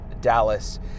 Dallas